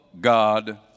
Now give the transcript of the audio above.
God